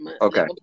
okay